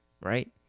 right